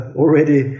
already